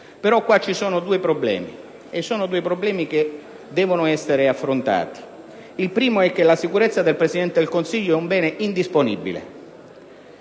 dello Stato. Però ci sono due problemi che devono essere affrontati. Il primo è che la sicurezza del Presidente del Consiglio è un bene indisponibile.